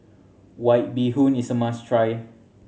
White Bee Hoon is a must try